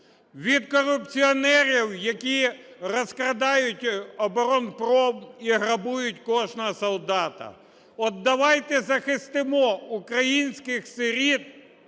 від корупціонерів, які розкрадають оборонпром і грабують кожного солдата. От давайте захистимо українських сиріт,